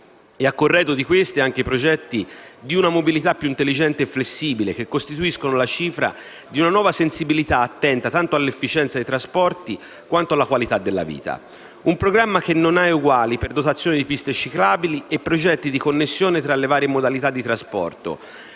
E, a corredo di questi, ci sono anche progetti di una mobilità più intelligente e flessibile, che costituiscono la cifra di una nuova sensibilità attenta tanto all'efficienza dei trasporti quanto alla qualità della vita. Si tratta di un programma che non ha eguali per dotazione di piste ciclabili e progetti di connessione tra le varie modalità di trasporto,